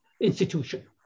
institution